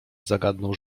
zagadnął